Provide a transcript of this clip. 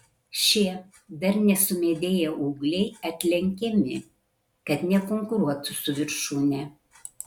šie dar nesumedėję ūgliai atlenkiami kad nekonkuruotų su viršūne